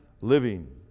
living